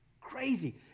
Crazy